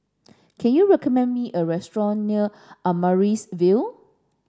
can you recommend me a restaurant near Amaryllis Ville